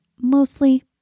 mostly